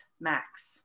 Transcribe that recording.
Max